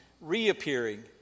reappearing